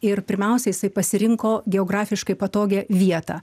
ir pirmiausia jisai pasirinko geografiškai patogią vietą